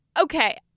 okay